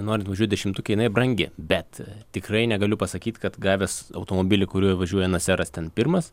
norint važiuot dešimtuke jinai brangi bet tikrai negaliu pasakyt kad gavęs automobilį kuriuo važiuoja naseras ten pirmas